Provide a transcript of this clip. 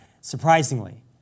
surprisingly